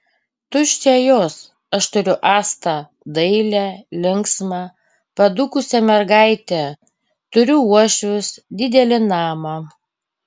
tuščia jos aš turiu astą dailią linksmą padūkusią mergaitę turiu uošvius didelį namą